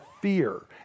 fear